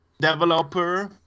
developer